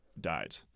died